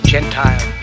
Gentile